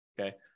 okay